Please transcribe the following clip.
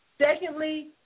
Secondly